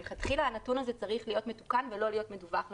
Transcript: מלכתחילה הנתון הזה צריך להיות מתוקן ולא להיות מדוּוח למאגר.